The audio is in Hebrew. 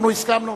אנחנו הסכמנו,